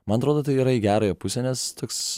man atrodo tai yra į gerąją pusę nes toks